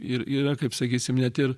ir yra kaip sakysim net ir